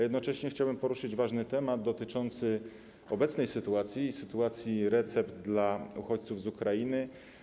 Jednocześnie chciałbym poruszyć ważny temat dotyczący obecnej sytuacji, sytuacji recept dla uchodźców z Ukrainy.